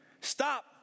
Stop